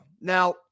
Now